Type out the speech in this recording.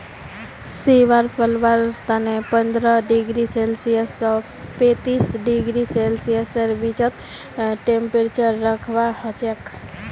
शैवाल पलवार तने पंद्रह डिग्री सेल्सियस स पैंतीस डिग्री सेल्सियसेर बीचत टेंपरेचर रखवा हछेक